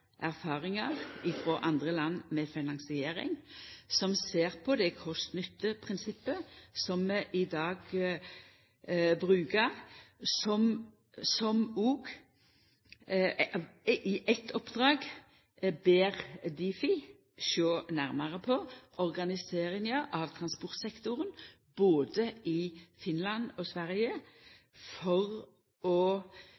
erfaringar frå andre land med finansiering, som ser på det kost–nytte-prinsippet som vi i dag bruker, som òg i eit oppdrag ber Difi om å sjå nærare på organiseringa av transportsektoren både i Finland og Sverige,